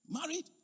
Married